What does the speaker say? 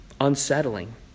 unsettling